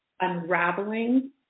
unraveling